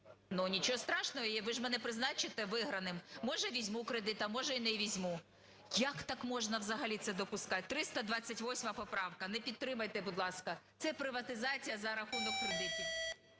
Ну, нічого страшного, ви ж мене призначите виграним, може, візьму кредит, а, може, і не візьму". Як так можна взагалі це допускати? 328 поправка. Не підтримайте, будь ласка, це приватизація за рахунок кредитів.